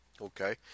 okay